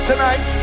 Tonight